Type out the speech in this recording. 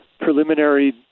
preliminary